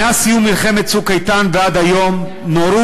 מאז סיום מלחמת "צוק איתן" ועד היום נורו